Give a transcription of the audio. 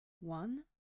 one